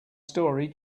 story